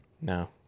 no